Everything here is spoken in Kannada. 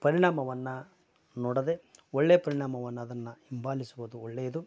ಪರಿಣಾಮವನ್ನ ನೋಡದೇ ಒಳ್ಳೆಯ ಪರಿಣಾಮವನ್ನ ಅದನ್ನ ಹಿಂಬಾಲಿಸುವುದು ಒಳ್ಳೆಯದು